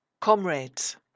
Comrades